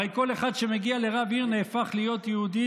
הרי כל אחד שמגיע לרב עיר נהפך להיות יהודי,